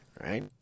right